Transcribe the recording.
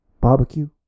barbecue